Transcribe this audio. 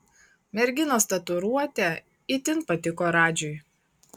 merginos tatuiruotė itin patiko radžiui